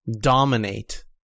dominate